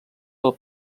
del